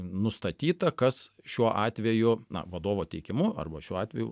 nustatyta kas šiuo atveju na vadovo teikimu arba šiuo atveju